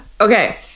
Okay